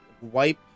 wipe